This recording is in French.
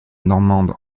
normande